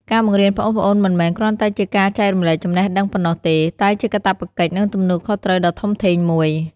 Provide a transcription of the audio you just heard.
ការបង្រៀនប្អូនៗមិនមែនគ្រាន់តែជាការចែករំលែកចំណេះដឹងប៉ុណ្ណោះទេ តែជាកាតព្វកិច្ច និងទំនួលខុសត្រូវដ៏ធំធេងមួយ។